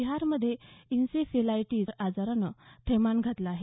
बिहारमध्ये इन्सेफेलाईटिस आजारानं थैमान घातलं आहे